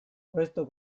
questo